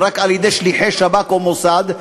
רק על-ידי שליחי שב"כ או מוסד,